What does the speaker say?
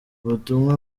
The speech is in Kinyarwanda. ubutumwa